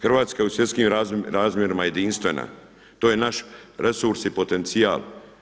Hrvatska je u svjetskim razmjerima jedinstvena, to je naš resurs i potencijal.